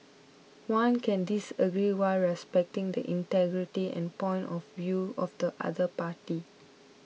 one can disagree while respecting the integrity and point of view of the other party